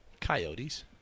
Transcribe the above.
Coyotes